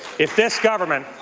if this government